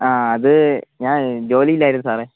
ആ അത് ഞാൻ ജോലിയിലായിരുന്നു സാറേ